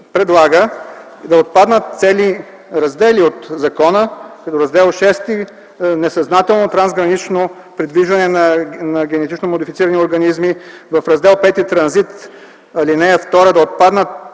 предлага да отпаднат цели раздели от закона – Раздел VІ „Несъзнателно трансгранично придвижване на генетично модифицирани организми”, Раздел V „Транзит”, в ал. 2 да отпаднат